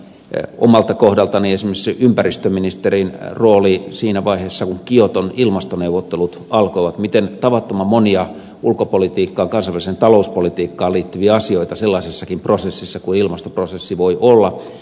muistan omalta kohdaltani esimerkiksi ympäristöministerin roolin siinä vaiheessa kun kioton ilmastoneuvottelut alkoivat miten tavattoman monia ulkopolitiikkaan kansainväliseen talouspolitiikkaan liittyviä asioita sellaisissakin prosesseissa kuin ilmastoprosessi voi olla